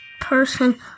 person